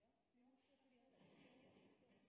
Ja,